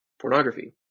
pornography